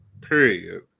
period